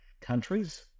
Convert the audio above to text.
countries